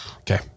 Okay